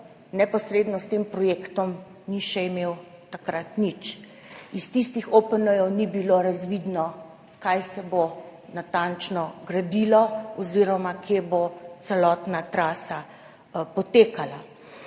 neposredno s tem projektom ni imel takrat še nič. Iz tistih OPN-jev ni bilo razvidno, kaj se bo natančno gradilo oziroma kje bo potekala